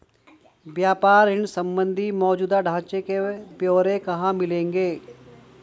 व्यापार ऋण संबंधी मौजूदा ढांचे के ब्यौरे कहाँ मिलेंगे?